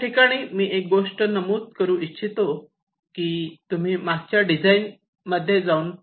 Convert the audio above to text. या ठिकाणी मी एक गोष्ट नमूद करू इच्छितो की तुम्ही मागच्या डिझाईन मध्ये जाऊन फायनल पार्टिशन पहा